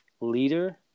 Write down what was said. leader